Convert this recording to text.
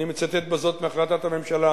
אני מצטט בזאת מהחלטת הממשלה,